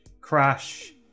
crash